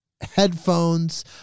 headphones